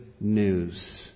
news